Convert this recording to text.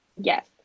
Yes